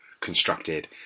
constructed